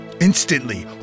Instantly